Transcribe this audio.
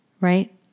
right